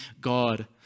God